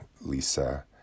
Lisa